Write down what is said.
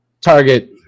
target